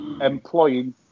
employing